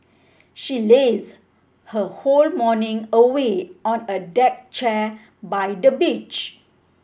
she lazed her whole morning away on a deck chair by the beach